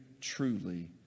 truly